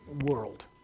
world